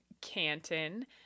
Canton